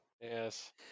Yes